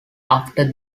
after